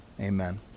amen